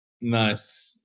Nice